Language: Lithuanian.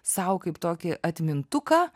sau kaip tokį atmintuką